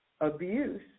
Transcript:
abuse